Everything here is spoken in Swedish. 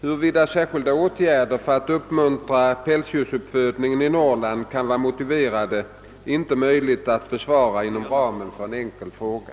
Huruvida särskilda åtgärder för att uppmuntra pälsdjursuppfödning i Norrland kan vara motiverade är inte möjligt att besvara inom ramen för en enkel fråga.